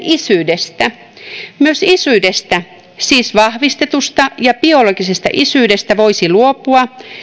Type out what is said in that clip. isyydestä myös isyydestä siis vahvistetusta ja biologisesta isyydestä voisi luopua